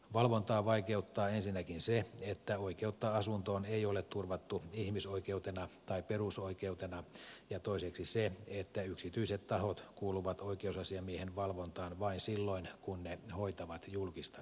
valvontaa vaikeuttaa ensinnäkin se että oikeutta asuntoon ei ole turvattu ihmisoikeutena tai perusoikeutena ja toiseksi se että yksityiset tahot kuuluvat oikeusasiamiehen valvontaan vain silloin kun ne hoitavat julkista tehtävää